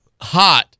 hot